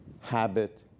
habit